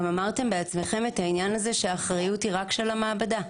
ואמרתם בעצמכם שהאחריות היא רק של המעבדה.